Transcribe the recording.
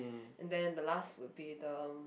and then the last would be them